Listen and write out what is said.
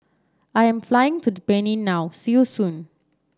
I'm flying to the Benin now see you soon